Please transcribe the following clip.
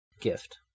gift